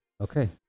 Okay